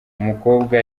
umukobwa